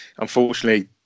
unfortunately